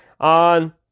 on